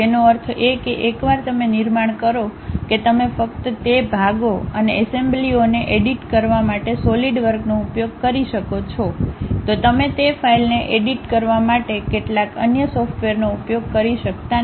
તેનો અર્થ એ કે એકવાર તમે નિર્માણ કરો કે તમે ફક્ત તે ભાગો અને એસેમ્બલીઓને એડિટ કરવા માટે સોલિડવર્કનો ઉપયોગ કરી શકો છો તો તમે તે ફાઇલને એડિટ કરવા માટે કેટલાક અન્ય સોફ્ટવેરનો ઉપયોગ કરી શકતા નથી